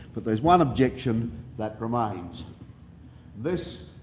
but there's one objection that remains this